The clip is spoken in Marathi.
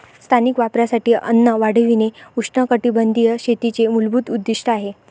स्थानिक वापरासाठी अन्न वाढविणे उष्णकटिबंधीय शेतीचे मूलभूत उद्दीष्ट आहे